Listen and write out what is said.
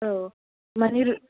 औ मानि